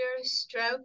stroke